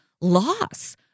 loss